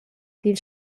dil